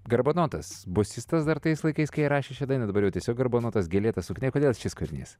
garbanotas bosistas dar tais laikais kai rašė šią dainą dabar tiesiog garbanotas gėlėta suknia kodėl šis kūrinys